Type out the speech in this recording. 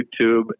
YouTube